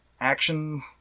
action